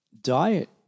diet